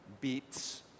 beats